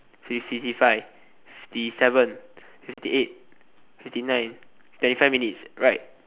fifty five fifty seven fifty eight fifty nine twenty five minutes right